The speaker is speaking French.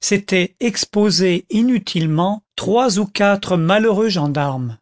c'était exposer inutilement trois ou quatre malheureux gendarmes